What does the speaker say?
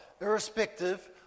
irrespective